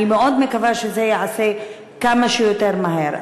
אני מאוד מקווה שזה ייעשה כמה שיותר מהר,